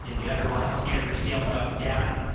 the underlying containers are scaling up and down.